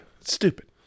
stupid